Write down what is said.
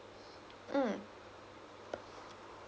mm